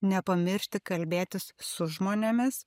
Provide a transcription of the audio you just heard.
nepamiršti kalbėtis su žmonėmis